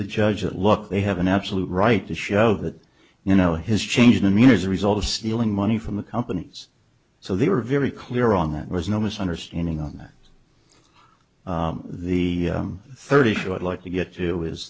the judge that look they have an absolute right to show that you know his change in the mean as a result of stealing money from the companies so they were very clear on that was no misunderstanding on that the thirty two i'd like to get to